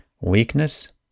Weakness